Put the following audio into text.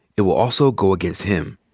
it will also go against him.